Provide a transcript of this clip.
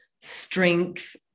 strength